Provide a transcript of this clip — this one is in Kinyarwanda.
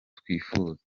twifuza